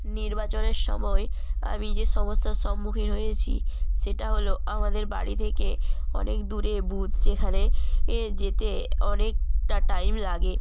নির্বাচনের সময় আমি যে সমস্যার সম্মুখীন হয়েছি সেটা হল আমাদের বাড়ি থেকে অনেক দূরে বুথ যেখানে এ যেতে অনেকটা টাইম লাগে